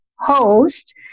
host